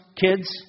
kids